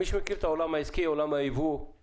מי שמכיר את העולם העסקי ואת עולם הייבוא מכיר